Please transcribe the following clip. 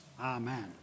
Amen